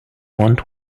want